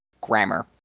grammar